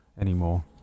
anymore